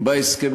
בהסכמים